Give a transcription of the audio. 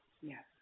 Yes